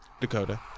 Dakota